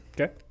Okay